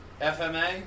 FMA